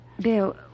Bill